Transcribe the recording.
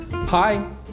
Hi